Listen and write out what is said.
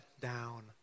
down